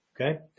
Okay